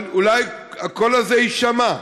אבל אולי הקול הזה יישמע,